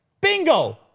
Bingo